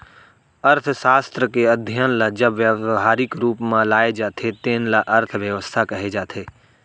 अर्थसास्त्र के अध्ययन ल जब ब्यवहारिक रूप म लाए जाथे तेन ल अर्थबेवस्था कहे जाथे